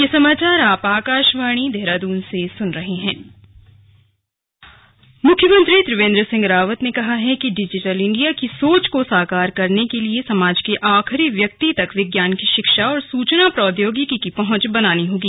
slug पुस्तक विमोचन मुख्यमंत्री त्रिवेंद्र सिंह रावत ने कहा है कि डिजिटल इंडिया की सोच को साकार करने के लिए समाज के आखिरी व्यक्ति तक विज्ञान की शिक्षा और सुचना प्रौद्योगिकी की पहुंच बनानी होगी